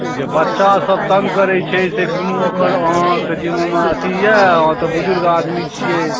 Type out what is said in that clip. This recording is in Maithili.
जे बच्चासब तङ्ग करै छै से कोनो ओकर अहाँके जिमामे अथी अइ अहाँ तऽ बुजुर्ग आदमी छिए